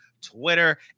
Twitter